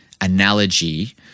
analogy